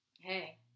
Hey